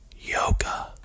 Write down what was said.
YOGA